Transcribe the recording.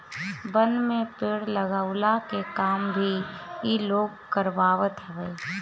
वन में पेड़ लगवला के काम भी इ लोग करवावत हवे